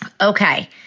Okay